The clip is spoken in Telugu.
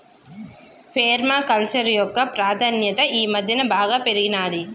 పేర్మ కల్చర్ యొక్క ప్రాధాన్యత ఈ మధ్యన బాగా పెరిగినాది